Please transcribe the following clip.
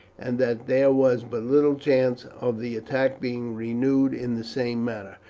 and that there was but little chance of the attack being renewed in the same manner,